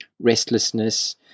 restlessness